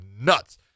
nuts